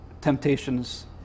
temptations